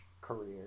career